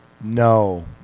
No